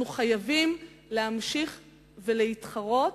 אנחנו חייבים להמשיך ולהתחרות,